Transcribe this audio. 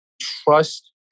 trust